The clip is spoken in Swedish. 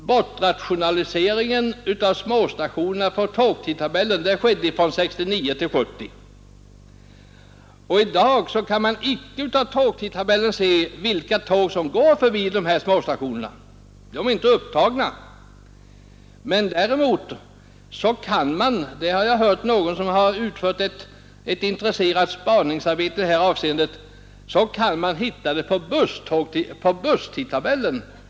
”Bortrationaliseringen” av småstationerna ur tågtidtabellen skedde från 1969 till 1970 års upplaga. En person som utfört ett intresserat spaningsarbete har meddelat mig att man kan finna de önskade uppgifterna i busstidtabellen.